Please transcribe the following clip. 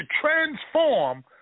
transform